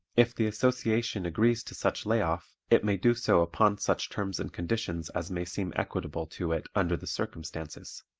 if the association agrees to such lay-off it may do so upon such terms and conditions as may seem equitable to it under the circumstances.